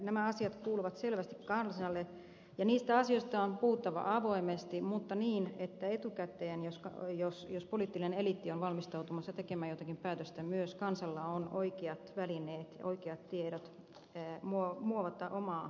nämä asiat kuuluvat selvästi kansalle ja niistä asioista on puhuttava avoimesti mutta niin että etukäteen jos poliittinen eliitti on valmistautumassa tekemään jotakin päätöstä myös kansalla on oikeat välineet ja oikeat tiedot muovata omaa käsitystänsä